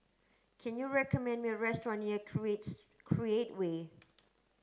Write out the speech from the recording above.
can you recommend me a restaurant near Creates Create Way